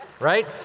right